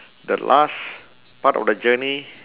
the last part of the journey